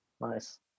Nice